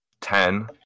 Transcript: Ten